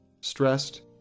stressed